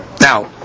Now